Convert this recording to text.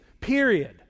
period